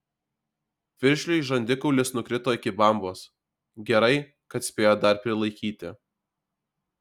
piršliui žandikaulis nukrito iki bambos gerai kad spėjo dar prilaikyti